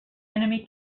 enemy